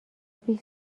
پیش